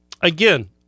Again